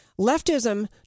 leftism